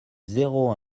zéro